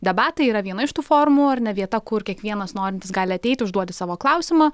debatai yra viena iš tų formų ar ne vieta kur kiekvienas norintis gali ateiti užduoti savo klausimą